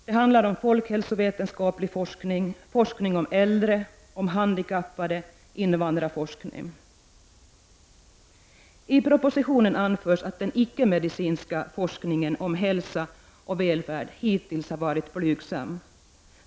Det handlar om folkhälsovetenskaplig forskning, om forskning om äldre och handikappade samt om invandrarforskning. I propositionen anförs att den icke-medicinska forskningen om hälsa och välfärd hittills varit blygsam.